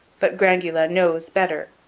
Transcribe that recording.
but grangula knows better.